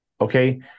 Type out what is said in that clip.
okay